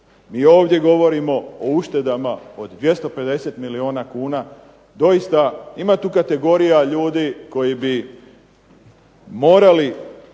Mi ovdje govorimo o uštedama od 250 milijuna kuna. Doista ima tu kategorija ljudi koji bi morali